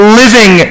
living